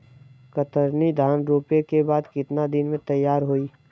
कतरनी धान रोपे के बाद कितना दिन में तैयार होई?